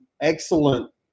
excellent